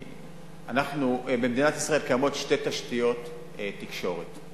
במדינת ישראל קיימות שתי תשתיות תקשורת,